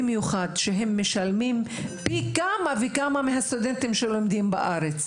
ובמיוחד כי הם משלמים פי כמה וכמה מהסטודנטים שלומדים בארץ.